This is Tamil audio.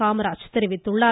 காமராஜ் தெரிவித்துள்ளார்